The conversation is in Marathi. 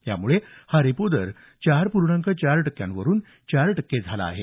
यामुळे हा रेपो दर चार पूर्णांक चार टक्क्यांवरून चार टक्के झाला आहे